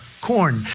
corn